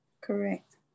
correct